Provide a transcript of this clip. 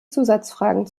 zusatzfragen